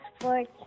sports